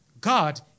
God